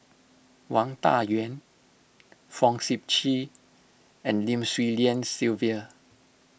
Wang Dayuan Fong Sip Chee and Lim Swee Lian Sylvia